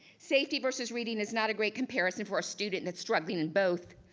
safety versus reading is not a great comparison for a student that's struggling in both.